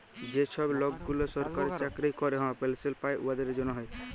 যে ছব লকগুলা সরকারি চাকরি ক্যরে পেলশল পায় উয়াদের জ্যনহে